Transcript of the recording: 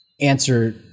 answer